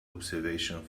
observation